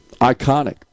Iconic